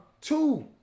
two